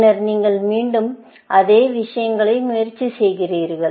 பின்னர் நீங்கள் மீண்டும் இதே விஷயங்களை முயற்சி செய்கிறீர்கள்